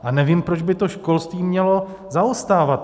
A nevím, proč by to školství mělo zaostávat.